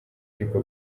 ariko